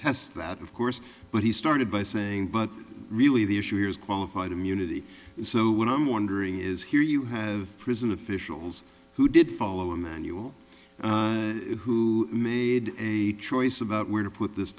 tests that of course but he started by saying but really the issue here is qualified immunity so what i'm wondering is here you have prison officials who did follow emanuel who made a choice about where to put this